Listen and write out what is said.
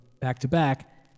back-to-back